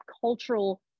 cultural